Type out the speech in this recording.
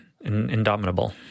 indomitable